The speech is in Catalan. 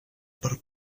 per